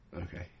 Okay